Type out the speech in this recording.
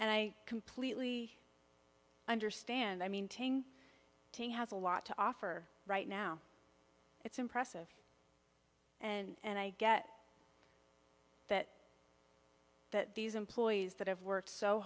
and i completely understand i mean ting ting has a lot to offer right now it's impressive and i get that that these employees that have worked so